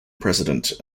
president